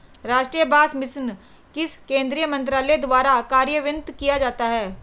राष्ट्रीय बांस मिशन किस केंद्रीय मंत्रालय द्वारा कार्यान्वित किया जाता है?